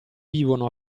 vivono